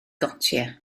gotiau